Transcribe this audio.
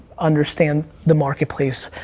understand the marketplace,